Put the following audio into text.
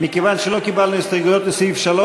מכיוון שלא קיבלנו הסתייגויות לסעיף 3,